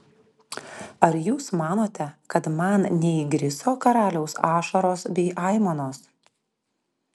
ar jūs manote kad man neįgriso karaliaus ašaros bei aimanos